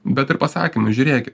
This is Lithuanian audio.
bet ir pasakymas žiūrėkit